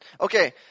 Okay